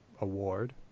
award